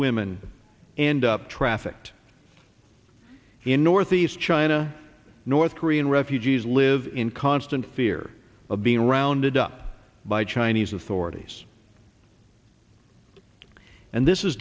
women end up trafficked in northeast china north korean refugees live in constant fear of being rounded up by chinese authorities and this is